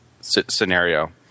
scenario